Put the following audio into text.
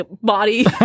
body